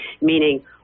meaning